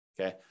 Okay